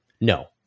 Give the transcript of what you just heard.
No